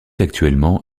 actuellement